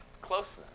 closeness